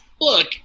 look